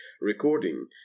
Recording